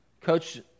Coach